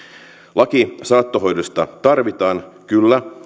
laki saattohoidosta tarvitaan kyllä